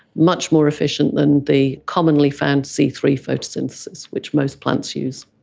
much more efficient than the commonly found c three photosynthesis which most plants use.